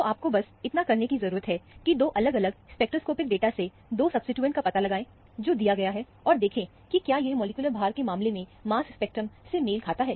तो आपको बस इतना करने की ज़रूरत है कि दो अलग अलग स्पेक्ट्रोस्कोपिक डेटा से 2 सबस्टीट्यूशन का पता लगाएं जो दिया गया है और देखें क्या यह मॉलिक्यूलर भार के मामले में मास स्पेक्ट्रम से मेल खाता है